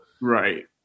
right